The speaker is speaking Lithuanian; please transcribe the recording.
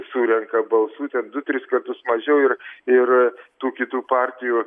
surenka balsų ten du tris kartus mažiau ir ir tų kitų partijų